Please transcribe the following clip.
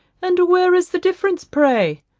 and where is the difference, pray?